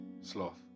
sloth